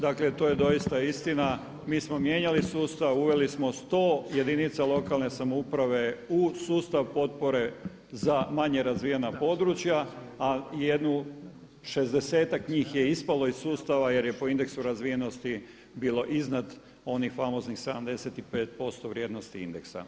Dakle, to je doista istina, mi smo mijenjali sustav, uveli smo sto jedinica lokalne samouprave u sustav potpore za manje razvijena područja, a jednu šezdesetak njih je ispalo iz sustava jer je po indeksu razvijenosti bilo iznad onih famoznih 75% vrijednosti indeksa.